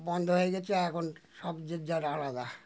বন্ধ হয়ে গিয়েছে এখন সব যে যার আলাদা